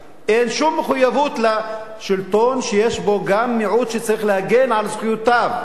שום מחויבות לשלטון שצריך גם להגן על זכויותיו של המיעוט.